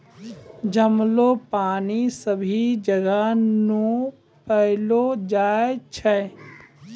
जमलो पानी सभी जगह नै पैलो जाय छै